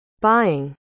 Buying